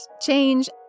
change